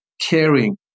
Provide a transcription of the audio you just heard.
caring